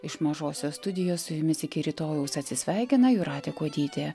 iš mažosios studijos su jumis iki rytojaus atsisveikina jūratė kuodytė